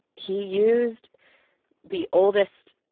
he used the oldest.